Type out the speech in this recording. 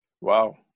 Wow